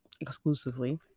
exclusively